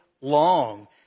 long